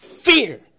fear